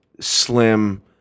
slim